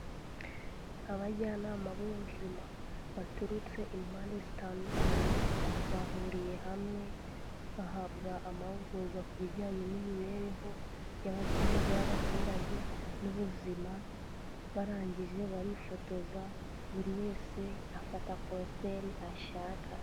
Abajyanama b'ubuzima baturutse impande zitandukanye, bahuriye hamwe, bahabwa amahugurwa ku bijyanye n'imibereho myiza y'abaturage n'ubuzima, barangije barifotoza, buri wese afata positeri ashaka.